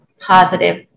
positive